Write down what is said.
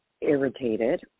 irritated